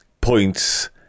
points